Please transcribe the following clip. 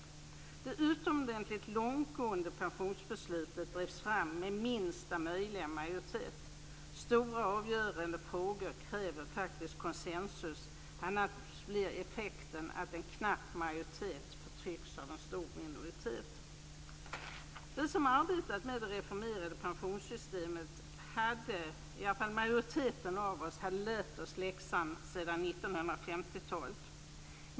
Det utomordentligt långtgående pensionsbeslutet drevs fram med minsta möjliga majoritet. Men stora och avgörande frågor kräver konsensus, för annars blir effekten att en knapp majoritet förtrycks av en stor minoritet. En majoritet av oss som har arbetat med det reformerade pensionssystemet har lärt läxan sedan 1950-talet.